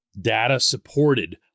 data-supported